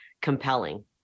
compelling